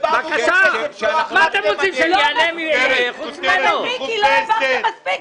אבל מיקי, לא העברתם מספיק.